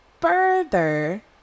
further